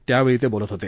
त्यावेळी ते बोलत होते